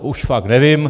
Už fakt nevím.